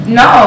no